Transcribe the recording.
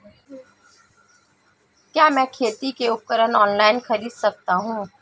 क्या मैं खेती के उपकरण ऑनलाइन खरीद सकता हूँ?